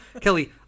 Kelly